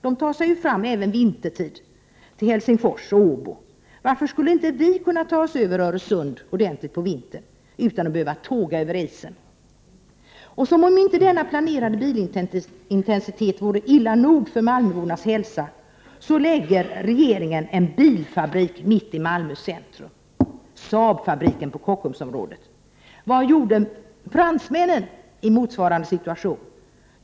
De tar sig ju fram även vintertid till Helsingfors och Åbo. Varför skulle inte vi kunna ta oss över Öresund på vintern utan att tåga över isen? Den planerade bilintensiteten är väl illa nog för malmöbornas hälsa. Ändå placerar regeringen en bilfabrik mitt i Malmö centrum. Jag tänker då på Saabfabriken på Kockumsområdet. Vad gjorde fransmännen i motsvarande situation?